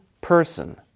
person